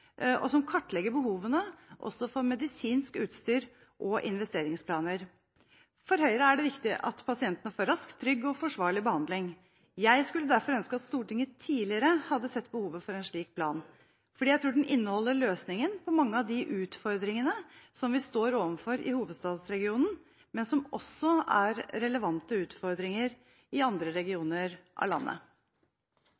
og som kartlegger behovene også for medisinsk utstyr og investeringsplaner. For Høyre er det viktig at pasientene får rask, trygg og forsvarlig behandling. Jeg skulle derfor ønske at Stortinget tidligere hadde sett behovet for en slik plan, fordi jeg tror den inneholder løsningen på mange av de utfordringene som vi står overfor i hovedstadsregionen, men som også er relevante utfordringer i andre